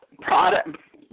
product